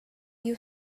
you